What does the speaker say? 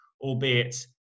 albeit